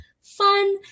Fun